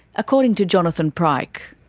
according to jonathan pryke.